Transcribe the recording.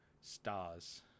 stars